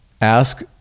Ask